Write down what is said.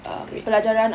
grades